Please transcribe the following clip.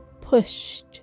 pushed